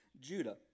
Judah